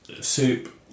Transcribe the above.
soup